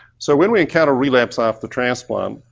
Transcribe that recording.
so when we encounter a relapse after transplant,